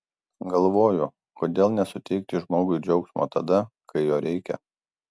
galvoju kodėl nesuteikti žmogui džiaugsmo tada kai jo reikia